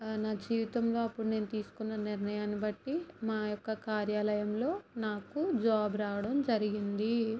నా జీవితంలో అప్పుడు నేను తీసుకున్న నిర్ణయాన్ని బట్టి మా యొక్క కార్యాలయంలో నాకు జాబ్ రావడం జరిగింది